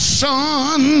son